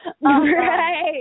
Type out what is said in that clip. Right